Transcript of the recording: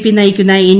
P നയിക്കുന്ന N